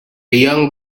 young